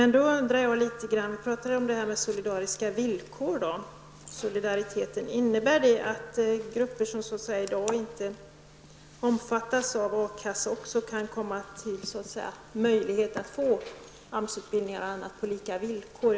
Vi talar nu om solidariska villkor och solidaritet. Innebär det att grupper som i dag inte omfattas av A-kassa kan få möjlighet till AMS-utbildning eller annan utbildning på lika villkor?